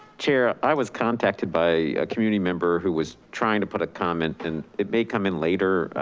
chair, i was contacted by a community member who was trying to put a comment and it may come in later.